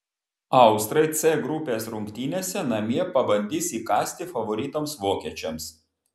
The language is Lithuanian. austrai c grupės rungtynėse namie pabandys įkąsti favoritams vokiečiams